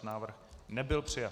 Návrh nebyl přijat.